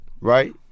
right